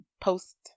post